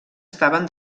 estaven